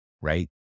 right